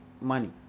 money